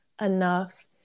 enough